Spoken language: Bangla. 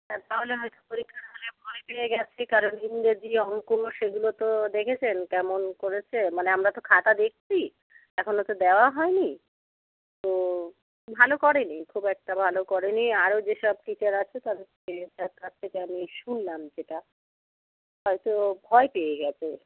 তাহলে হয়তো পরীক্ষার হলে ভয় পেয়ে গিয়েছে কারণ ইংরেজি অঙ্ক সেগুলো তো দেখেছেন কেমন করেছে মানে আমরা তো খাতা দেখছি এখনও তো দেওয়া হয়নি তো ভালো করেনি খুব একটা ভালো করেনি আরও যেসব টিচার আছে তাদের থেকে তাদের কাছ থেকে আমি শুনলাম যেটা হয়তো ভয় পেয়ে গিয়েছে